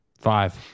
Five